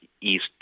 East